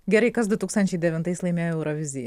gerai kas du tūkstančiai devintais laimėjo euroviziją